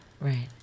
right